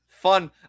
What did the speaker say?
fun